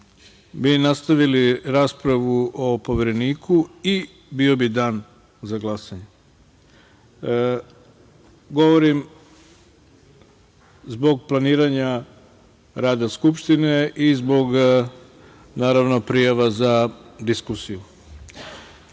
bi nastavili raspravu o Povereniku i bio bi dan za glasanje. Govorim zbog planiranja rada Skupštine i zbog naravno prijava za diskusiju. Saglasno